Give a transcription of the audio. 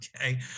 okay